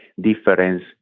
difference